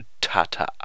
Tata